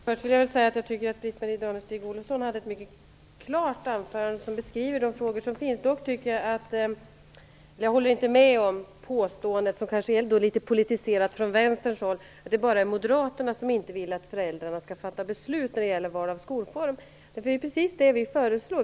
Herr talman! Britt-Marie Danestig-Olofssons anförande var mycket klart, och hon beskrev där de frågor som finns. Däremot håller jag inte med om påståendet - det här är kanske litet politiserat från Vänsterns håll - att det bara är Moderaterna som inte vill att föräldrarna skall fatta beslut om valet av skolform. Det är ju precis vad vi föreslår!